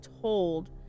told